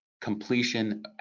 completion